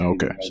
Okay